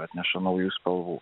atneša naujų spalvų